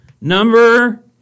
Number